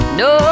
no